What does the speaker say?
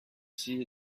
see